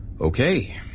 Okay